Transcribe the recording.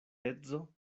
edzo